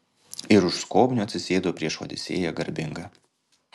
ir už skobnių atsisėdo prieš odisėją garbingą